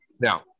Now